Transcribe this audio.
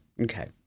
Okay